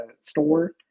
store